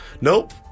Nope